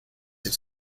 its